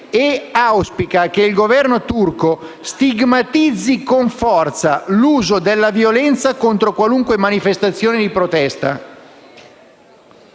e auspica che il Governo turco stigmatizzi con forza l'uso della violenza contro qualunque manifestazione di protesta